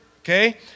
okay